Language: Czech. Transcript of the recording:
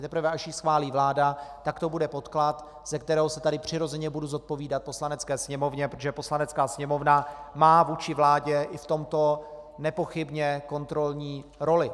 Teprve až ji schválí vláda, tak to bude podklad, ze kterého se tady přirozeně budu zodpovídat Poslanecké sněmovně, protože Poslanecká sněmovna má vůči vládě i v tomto nepochybně kontrolní roli.